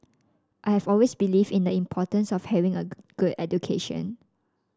I have always believed in the importance of having a good education